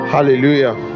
Hallelujah